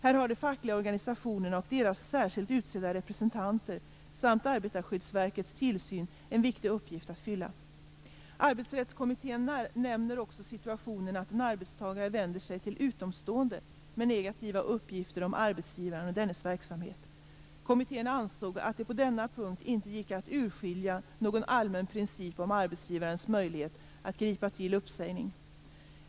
Här har de fackliga organisationerna och deras särskilt utsedda representanter samt Arbetarskyddsverkets tillsyn en viktig uppgift att fylla. Arbetsrättskommittén nämner också situationen att en arbetstagare vänder sig till utomstående med negativa uppgifter om arbetsgivaren och dennes verksamhet. Kommittén ansåg att det på denna punkt inte gick att urskilja någon allmän princip om arbetsgivarens möjlighet att gripa till uppsägning.